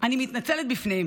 אני מתנצלת בפניהם,